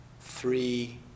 Three